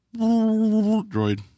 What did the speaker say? droid